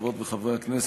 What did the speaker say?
חברות וחברי הכנסת,